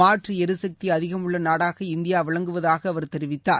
மாற்றுஎரிசக்திஅதிகம் உள்ளநாடாக இந்தியாவிளங்குவதாகஅவர் தெரிவித்தார்